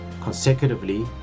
consecutively